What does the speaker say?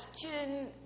question